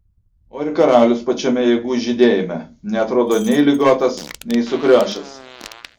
o ir karalius pačiame jėgų žydėjime neatrodo nei ligotas nei sukriošęs